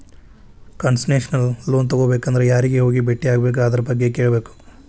Concessional loan ತಗೊಬೇಕಂದ್ರ ಯಾರಿಗೆ ಹೋಗಿ ಬೆಟ್ಟಿಯಾಗಿ ಅದರ್ಬಗ್ಗೆ ಕೇಳ್ಬೇಕು?